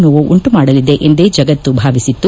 ನೋವು ಉಂಟು ಮಾಡಲಿದೆ ಎಂದೇ ಜಗತ್ತು ಭಾವಿಸಿತ್ತು